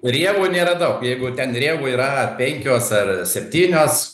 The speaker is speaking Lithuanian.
rievų nėra daug jeigu ten rėvų yra penkios ar septynios